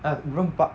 ah 热巴